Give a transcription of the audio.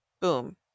Boom